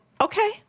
okay